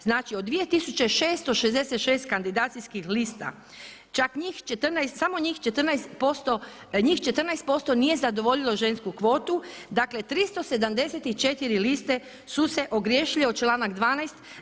Znači od 2666 kandidacijskih lista čak njih 14, samo njih 14% nije zadovoljilo žensku kvotu, dakle 374 liste su se ogriješile o članak 12.